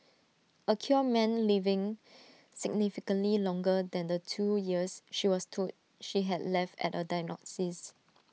A cure meant living significantly longer than the two years she was told she had left at A diagnosis